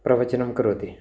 प्रवचनं करोति